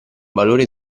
valore